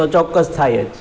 તો ચોક્કસ થાય જ